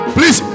Please